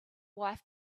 wife